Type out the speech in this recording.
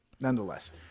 nonetheless